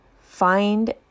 find